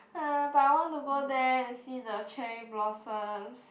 [huh] but I want to go there and see the cherry blossoms